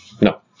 No